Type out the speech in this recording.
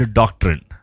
doctrine